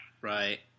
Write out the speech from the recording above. Right